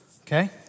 Okay